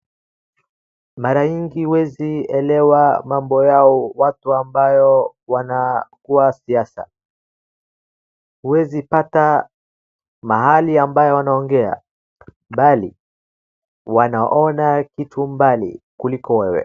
Mara nyingi huwezi elewa mambo yao watu ambao wanakua siasa huwezi pata mahali ambaye wanaongea bali wanaona kitu mbali kuliko wewe.